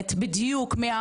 ועזב ולא עזב,